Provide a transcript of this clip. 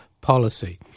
policy